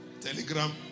Telegram